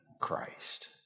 Christ